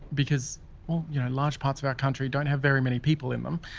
because large parts of our country don't have very many people in them,